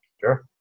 Sure